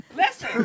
listen